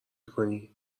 کنی